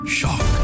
Shock